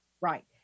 Right